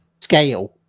scale